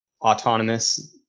autonomous